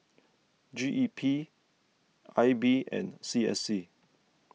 G E P I B and C S C